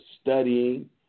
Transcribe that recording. studying